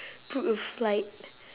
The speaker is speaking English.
book a flight